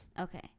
Okay